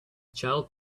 child